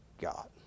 God